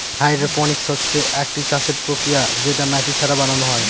hydroponics হচ্ছে একটি চাষের প্রক্রিয়া যেটা মাটি ছাড়া বানানো হয়